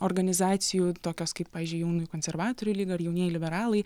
organizacijų tokios kaip pavyzdžiui jaunųjų konservatorių lyga ar jaunieji liberalai